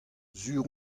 sur